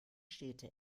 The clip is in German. städte